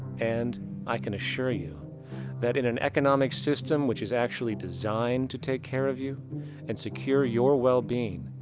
and i can assure you that in an economic system. which is actually designed to take care of you and secure your well being,